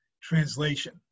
translation